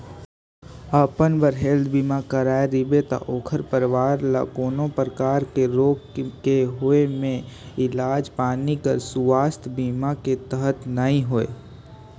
अपन बर हेल्थ बीमा कराए रिबे त ओखर परवार ल कोनो परकार के रोग के होए मे इलाज पानी हर सुवास्थ बीमा के तहत नइ होए